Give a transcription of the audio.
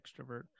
extrovert